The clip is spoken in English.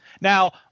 Now